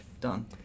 Done